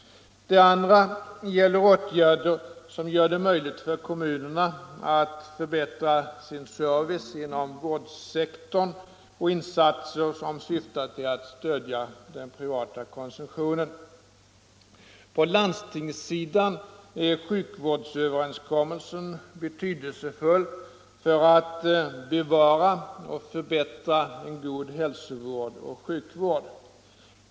Den andra gäller åtgärder som gör det möjligt för kommunerna att förbättra sin service inom vårdsektorn och insatser som syftar till att stödja den privata konsumtionen. På landstingssidan är sjukvårdsöverenskommelsen betydelsefull för att bevara och förbättra en god hälsovård och sjukvård.